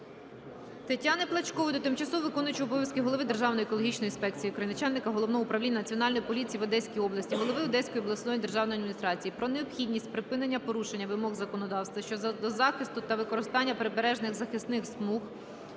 Тетяни Плачкової до тимчасово виконуючого обов'язки голови Державної екологічної інспекції України, начальника Головного управління Національної поліції в Одеській області, голови Одеської обласної державної адміністрації про необхідність припинення порушення вимог законодавства щодо захисту та використання прибережних захисних смуг